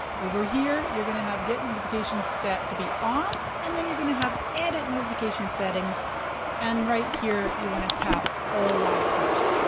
over here, you're gonna have get notifications set to be on and then you're gonna have edit notifications settings and right here, you want to tap all live posts.